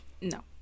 No